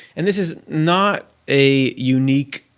and this is not a unique